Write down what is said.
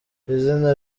izina